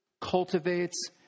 cultivates